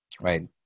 right